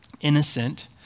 innocent